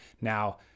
Now